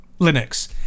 Linux